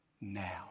Now